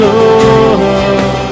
Lord